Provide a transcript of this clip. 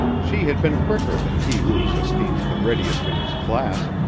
she had been quicker than he who was esteemed the readiest in his class,